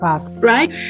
right